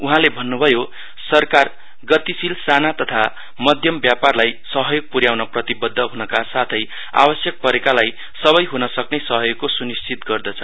उहाँले भन्नुभयो सरकार गतिशीत साना तथा माध्यम व्यापारलाई सहयोग पुर्याउन प्रतिबद्ध हुनका साथै आवश्यक परेकालाई सबै हुनसक्ने सहयोगको सुनिश्चित गर्दछ